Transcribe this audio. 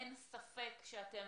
אין ספק שאתם